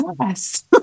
yes